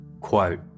Quote